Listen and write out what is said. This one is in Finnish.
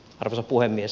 arvoisa puhemies